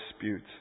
dispute